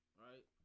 right